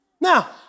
Now